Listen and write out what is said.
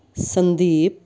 Sandeep